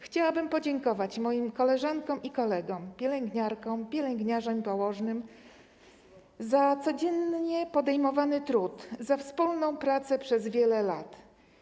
Chciałabym podziękować moim koleżankom i kolegom, pielęgniarkom, pielęgniarzom i położnym, za codziennie podejmowany trud, za wspólną pracę przez wiele lat.